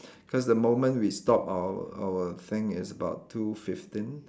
cause the moment we stop our our thing it's about two fifteen